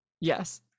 yes